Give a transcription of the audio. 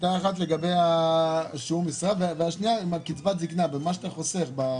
אחת הייתה לגבי שיעור משרה והשנייה עם קצבת הזקנה ומה אתה חוסך.